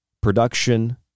production